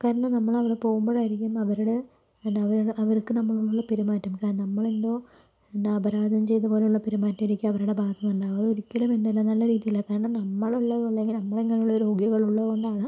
കാരണം നമ്മളവിടെ പോകുമ്പോഴായിരിക്കും അവരുടെ എന്താ അവർക്ക് നമ്മളോടുള്ള പെരുമാറ്റം കാ നമ്മളെന്തോ എന്താ അപരാദം ചെയ്ത പോലെയുള്ള പെരുമാറ്റമായിരിക്കും അവരുടെ ഭാഗത്ത് നിന്ന് ഉണ്ടാകുക അത് ഒരിക്കലും എന്തല്ല നല്ല രീതിയല്ല കാരണം നമ്മൾ ഉള്ളതോ അല്ലെങ്കിൽ നമ്മളിങ്ങനെ ഉള്ളൊരു രോഗികൾ ഉള്ളത് കൊണ്ടാണ്